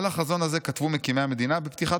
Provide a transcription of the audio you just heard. "על החזון הזה כתבו מקימי המדינה בפתיחת